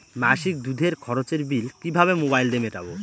মাসিক দুধের খরচের বিল কিভাবে মোবাইল দিয়ে মেটাব?